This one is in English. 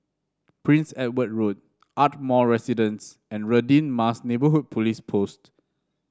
Prince Edward Road Ardmore Residence and Radin Mas Neighbourhood Police Post